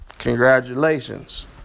Congratulations